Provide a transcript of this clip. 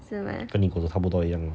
跟你狗差不多一样